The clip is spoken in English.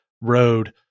road